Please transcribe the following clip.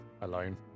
alone